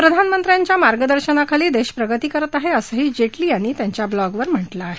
प्रधानमंत्र्यांच्या मार्ग दर्शनाखाली देश प्रगती करत आहे असंही जेटली यांनी ब्लॉगवर म्हटलं आहे